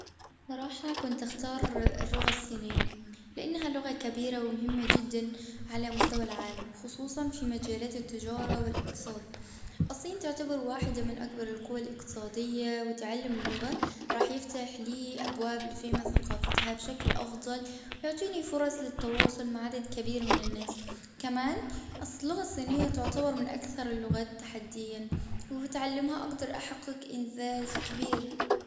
بصراحة كنت أختار اللغة الصينية. لأنها لغة كبيرة ومهمة جدا على مستوى العالم. خصوصا في مجالات التجارة والأقتصاد. الصين تعتبر واحدة من أكبر القوى الأقتصادية وتعلم اللغة راح يفتح لي أبواب لفهم ثقافتها بشكل أفضل. يعطيني فرص للتواصل عدد كبير من الناس. كمان اللغة الصينية تعتبر من أكثر اللغات تحديا. وبتعلمها أقدر أحقق إنجاز كبير.